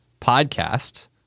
podcast